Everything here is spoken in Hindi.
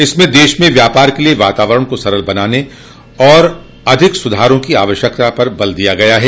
इसमें देश में व्यापार के लिए वातावरण को सरल बनाने और अधिक सुधारों की आवश्यकता पर बल दिया गया है